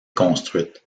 construite